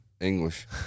English